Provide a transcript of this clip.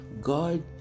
God